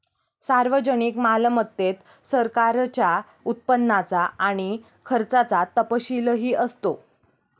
सार्वजनिक मालमत्तेत सरकारच्या उत्पन्नाचा आणि खर्चाचा तपशीलही असतो